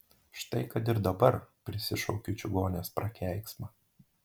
štai kad ir dabar prisišaukiu čigonės prakeiksmą